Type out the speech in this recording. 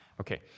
Okay